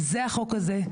זה החוק הזה,